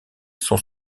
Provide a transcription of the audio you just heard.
sont